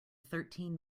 thirteen